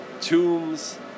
tombs